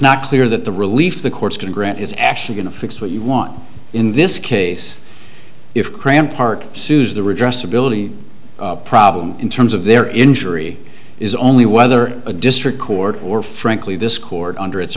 not clear that the relief the courts can grant is actually going to fix what you want in this case if cram park sues the redress ability problem in terms of their injury is only whether a district court or frankly this court under its